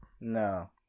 No